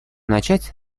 начать